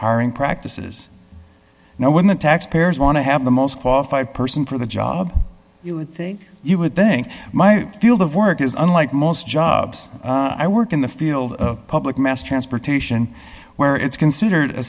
hiring practices now when the taxpayers want to have the most qualified person for the job you would think you would think my field of work is unlike most jobs i work in the field of public mass transportation where it's considered a